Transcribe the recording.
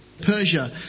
Persia